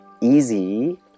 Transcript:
easy